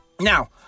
Now